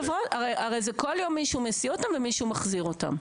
הרי זה כל יום מישהו מסיע אותם ומישהו מחזיר אותם?